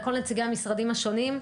לכל נציגי המשרדים השונים,